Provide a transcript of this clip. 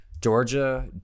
Georgia